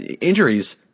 injuries